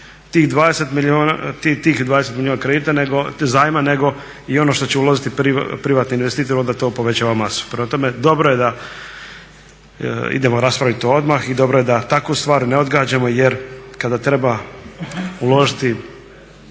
tih 20 milijuna zajma nego i ono što će uložiti privatni investitor jel onda to povećava masu. Prema tome, dobro je da to idemo raspraviti odmah i dobro je da takvu stvar ne odgađamo jer kada treba uložiti